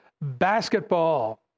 basketball